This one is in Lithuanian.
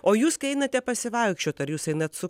o jūs kai einate pasivaikščiot ar jūs einat su